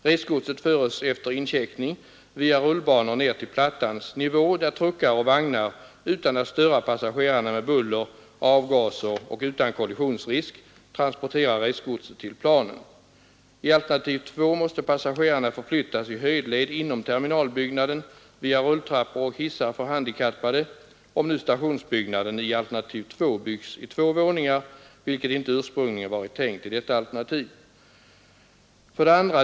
Resgodset föres efter incheckning via rullbanor ner till plattans nivå där truckar och vagnar utan att störa passagerarna med buller och avgaser och utan kollisionsrisk transporterar resgodset till planen. — I alternativ 2 måste passagerarna förflyttas i höjdled inom terminalbyggnaden via rulltrappor och hissar för handikappade, om nu stationsbyggnaden i alternativ 2 byggs i två våningar, vilket inte ursprungligen varit tänkt i detta alternativ. 2.